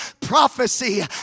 prophecy